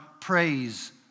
praise